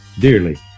dearly